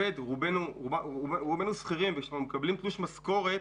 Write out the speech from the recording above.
רובנו שכירים, וכשאנחנו מקבלים תלוש משכורת